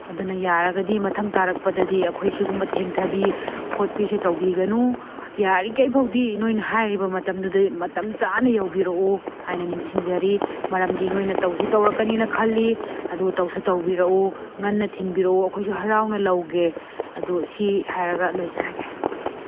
ꯑꯗꯨꯅ ꯌꯥꯔꯒꯗꯤ ꯃꯊꯪ ꯇꯥꯔꯛꯄꯗꯗꯤ ꯑꯩꯈꯣꯏ ꯁꯤꯒꯨꯝꯕ ꯊꯦꯡꯊꯕꯤ ꯈꯣꯠꯄꯤꯁꯦ ꯇꯧꯕꯤꯒꯅꯨ ꯌꯥꯔꯤꯈꯩ ꯐꯥꯎꯗꯤ ꯅꯣꯏꯅ ꯍꯥꯏꯔꯤꯕ ꯃꯇꯝꯗꯨꯗ ꯃꯇꯝ ꯆꯥꯅ ꯌꯧꯕꯤꯔꯛꯎ ꯍꯥꯏꯅ ꯅꯤꯡꯁꯤꯡꯖꯔꯤ ꯃꯔꯝꯗꯤ ꯅꯣꯏꯅ ꯇꯧꯁꯨ ꯇꯧꯔꯛꯀꯅꯤꯅ ꯈꯜꯂꯤ ꯑꯗꯨ ꯇꯧꯁꯨ ꯇꯧꯕꯤꯔꯛꯎ ꯉꯟꯅ ꯊꯤꯟꯕꯤꯔꯛꯎ ꯑꯩꯈꯣꯏꯁꯨ ꯍꯔꯥꯎꯅ ꯂꯧꯒꯦ ꯑꯗꯨ ꯁꯤ ꯍꯥꯏꯔꯒ ꯂꯣꯏꯖꯔꯒꯦ